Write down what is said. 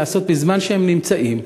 בזמן שהם נמצאים,